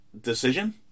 decision